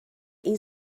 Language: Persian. این